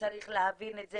וצריך להבין את זה